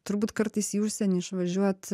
turbūt kartais į užsienį išvažiuot